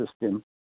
system